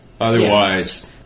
Otherwise